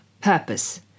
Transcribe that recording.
Purpose